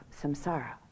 samsara